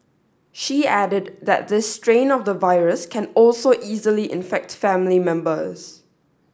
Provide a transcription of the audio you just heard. she added that this strain of the virus can also easily infect family members